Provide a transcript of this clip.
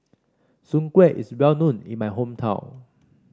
Soon Kway is well known in my hometown